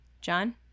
john